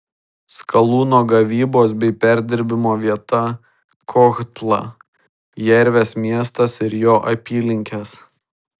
skalūno gavybos bei perdirbimo vieta kohtla jervės miestas ir jo apylinkės